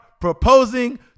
proposing